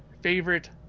favorite